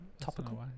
topical